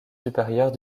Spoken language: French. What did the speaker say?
supérieurs